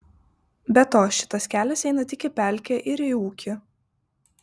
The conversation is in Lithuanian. be to šitas kelias eina tik į pelkę ir į ūkį